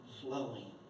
flowing